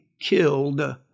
killed